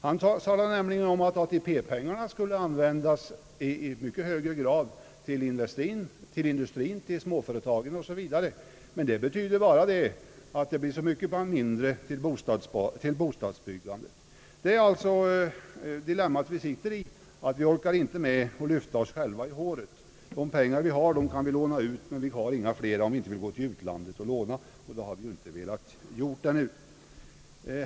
Han sade nämligen att ATP-pengarna skulle användas i mycket högre grad till industrien, småföretagen o. s. v., men det betyder ju bara att det blir så mycket mindre över till bostadsbyggandet. Dilemmat är alltså att vi inte orkar med att lyfta oss själva i håret. De pengar vi har kan vi låna ut, men därutöver har vi ingenting om vi inte vill gå till utlandet och låna, och det har vi inte velat göra ännu.